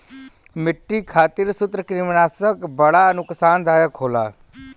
मट्टी खातिर सूत्रकृमिनाशक बड़ा नुकसानदायक होला